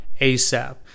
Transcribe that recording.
ASAP